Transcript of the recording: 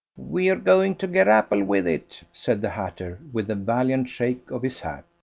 we're going to gerraple with it, said the hatter, with a valiant shake of his hat.